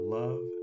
love